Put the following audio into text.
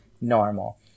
normal